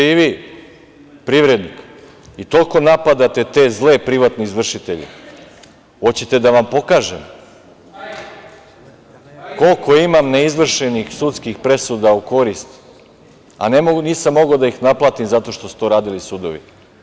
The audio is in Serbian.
Pošto ste i vi privrednik i toliko napadate te zle privatne izvršitelje, hoćete da vam pokažem koliko imam neizvršenih sudskih presuda u korist, a nisam mogao da ih naplatim zato što su to radili sudovi.